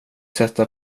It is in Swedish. sätta